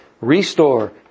Restore